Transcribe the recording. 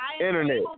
Internet